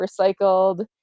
recycled